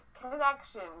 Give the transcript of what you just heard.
connection